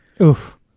Oof